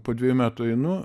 po dvejų metų einu